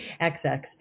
XX